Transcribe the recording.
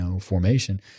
formation